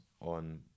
on